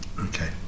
Okay